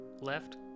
left